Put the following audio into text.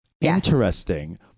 Interesting